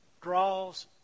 draws